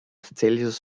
celsius